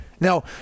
Now